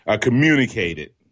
communicated